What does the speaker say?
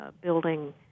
building